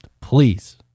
Please